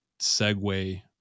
segue